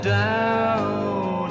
down